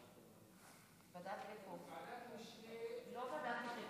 לוועדת משנה, לא לוועדת משנה.